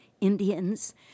Indians